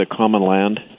thecommonland